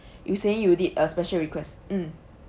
you saying you did a special request mm